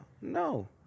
No